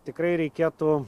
tikrai reikėtų